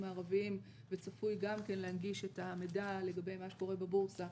מערביים וצפוי גם כן להנגיש את המידע לגבי מה שקורה בבורסה